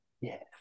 Yes